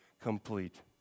complete